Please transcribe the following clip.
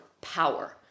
power